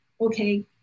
okay